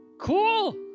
Cool